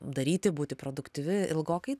daryti būti produktyvi ilgokai